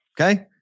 Okay